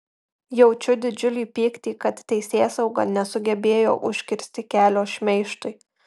jaučiu didžiulį pyktį kad teisėsauga nesugebėjo užkirsti kelio šmeižtui